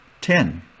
Ten